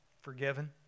forgiven